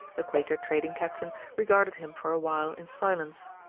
the quaker trading captain regarded him for a while in silence.